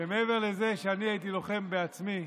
שמעבר לזה שהייתי לוחם בעצמי,